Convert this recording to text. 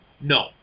No